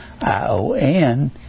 I-O-N